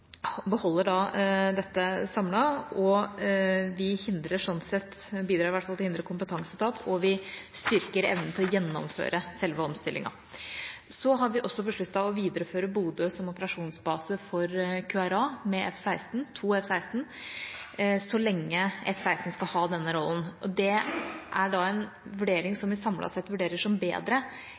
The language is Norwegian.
beholder dette samlet, vi hindrer – eller bidrar i hvert fall til å hindre – kompetansetap, og vi styrker evnen til å gjennomføre selve omstillingen. Så har vi også besluttet å videreføre Bodø som operasjonsbase for QRA med to F-16, så lenge F-16 skal ha denne rollen. Det er en løsning som vi samlet sett vurderer som bedre